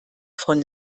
von